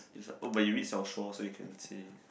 it's a oh but you read 小说 so you can say